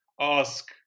ask